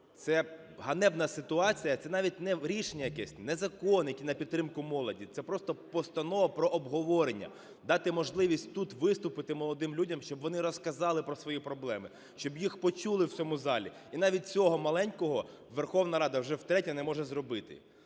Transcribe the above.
Це ганебне ситуація. Це навіть не рішення якесь, не закон, який на підтримку молоді, це просто постанова про обговорення. Дати можливість тут виступити молодим людям, щоб вони розказали про свої проблеми, щоб їх почули в цьому залі. І навіть це маленьке Верховна Рада вже втретє не може зробити.